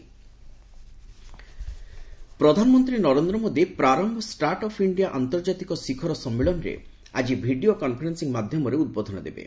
PM Prarambh ପ୍ରଧାନମନ୍ତ୍ରୀ ନରେନ୍ଦ୍ର ମୋଦି 'ପ୍ରାରନ୍ଥ start up India ଆନ୍ତର୍ଜାତିକ ଶିଖର ସମ୍ମିଳନୀ'ରେ ଆଜି ଭିଡ଼ିଓ କନ୍ଫରେନ୍ିଂ ମାଧ୍ୟମରେ ଉଦ୍ବୋଧନ ଦେବେ